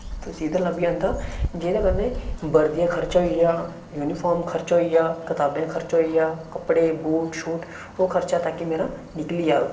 जेह्दे कन्नै बर्दी दा खर्चा होई गेआ यूनिफार्म खर्चा होई गेआ कताबें खर्चा होई गेआ कप्पड़े बूट शूट ओह् खर्चा ताकि मेरा निकली जाह्ग